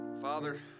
Father